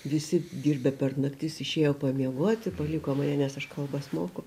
visi dirbę per naktis išėjo pamiegoti paliko mane nes aš kalbas moku